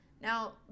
Now